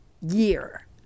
year